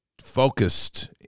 focused